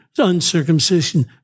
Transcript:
uncircumcision